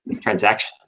transaction